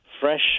fresh